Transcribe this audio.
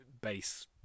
Base